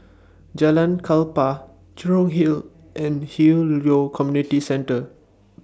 Jalan Klapa Jurong Hill and Hwi Yoh Community Centre